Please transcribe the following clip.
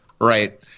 Right